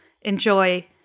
enjoy